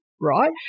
right